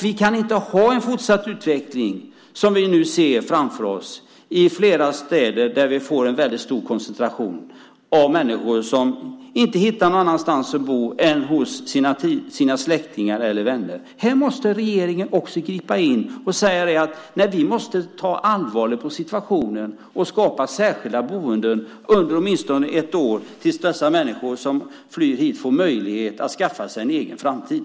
Vi kan inte ha den utveckling som vi nu ser framför oss i flera städer där vi får en väldigt stor koncentration av människor som inte hittar någon annanstans att bo än hos sina släktingar eller vänner. Här måste regeringen också gripa in, ta allvarligt på situationen och skapa särskilda boenden under åtminstone ett år tills dessa människor som flyr hit får möjlighet att skaffa sig en egen framtid.